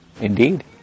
Indeed